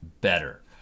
better